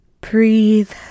Breathe